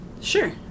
Sure